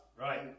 Right